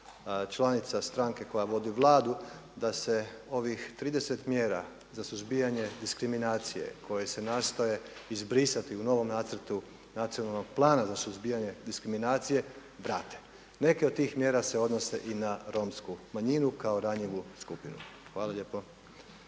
članica stranke koja vodi Vladu, da se ovih 30 mjera za suzbijanje diskriminacije koje se nastoje izbrisati u novom nacrtu nacionalnog plana za suzbijanje diskriminacije vrate. Neke od tih mjera se odnose i na Romsku manjinu kao ranjivu skupinu. Hvala lijepo.